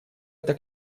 это